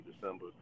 December